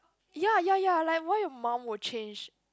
ya ya ya like why your mum will change